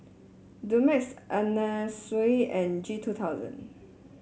Dumex Anna Sui and G two thousand